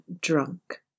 drunk